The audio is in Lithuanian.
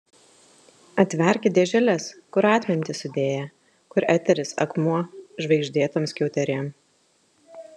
atverkit dėželes kur atmintį sudėję kur eteris akmuo žvaigždėtom skiauterėm